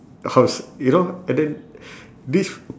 house you know and then this